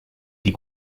die